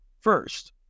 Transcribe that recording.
first